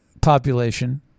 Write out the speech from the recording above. population